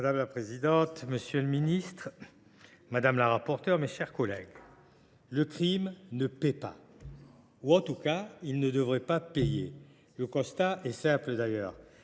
Madame la présidente, monsieur le ministre, mes chers collègues, le crime ne paie pas, ou en tout cas ne devrait pas payer. Le constat est simple d’ailleurs